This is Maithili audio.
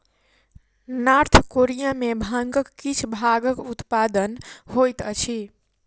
नार्थ कोरिया में भांगक किछ भागक उत्पादन होइत अछि